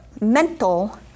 mental